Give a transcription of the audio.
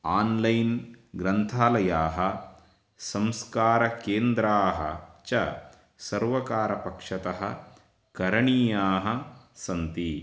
online ग्रन्थालयाः संस्कारकेन्द्राः च सर्वकारपक्षतः करणीयाः सन्ति